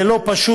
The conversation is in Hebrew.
זה לא פשוט,